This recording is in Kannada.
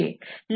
ಅದು dxdsidydsj